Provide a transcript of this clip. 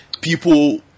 people